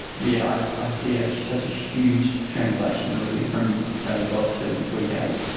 yeah i so i see ah such a huge translation, olivia, from day dot to week eight.